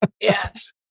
Yes